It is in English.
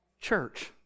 Church